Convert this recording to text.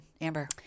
Amber